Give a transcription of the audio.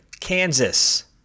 Kansas